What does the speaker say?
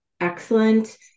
excellent